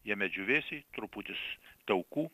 jame džiūvėsiai truputis taukų